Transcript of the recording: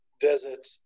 visit